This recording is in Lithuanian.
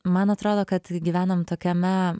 man atrodo kad gyvenam tokiame